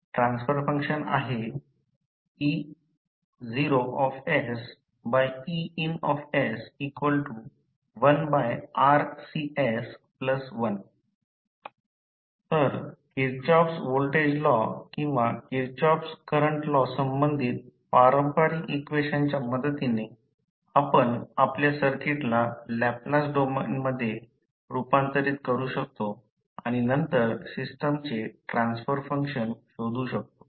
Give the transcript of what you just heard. transfer function आहे E0Ein1RCs1 तर Kirchhoff's voltage law किंवा किर्चंऑफ्स करंट लॉ संबंधित पारंपरिक इक्वेशनच्या मदतीने आपण आपल्या सर्किटला लॅपलास डोमेनमध्ये रूपांतरित करू शकतो आणि नंतर सिस्टमचे ट्रान्सफर फंक्शन शोधू शकतो